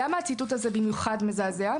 למה הציטוט הזה מזעזע במיוחד?